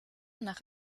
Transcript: nach